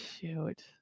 Shoot